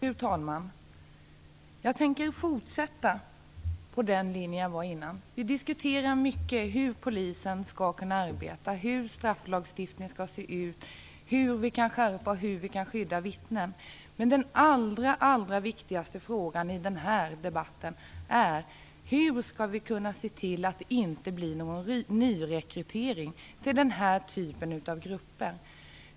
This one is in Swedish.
Fru talman! Jag tänker fortsätta på den linje jag började förut. Vi diskuterar mycket hur Polisen skall kunna arbeta, hur strafflagstiftningen skall se ut, hur vi kan skärpa den och hur vi kan skydda vittnen. Men den allra viktigaste frågan i den här debatten är: Hur skall vi kunna se till att det inte blir någon nyrekrytering till den här typen av grupper?